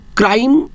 crime